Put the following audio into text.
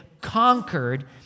conquered